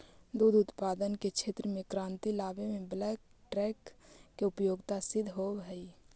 दुध उत्पादन के क्षेत्र में क्रांति लावे में बल्क टैंक के उपयोगिता सिद्ध होवऽ हई